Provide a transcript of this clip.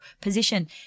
position